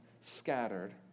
scattered